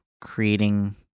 creating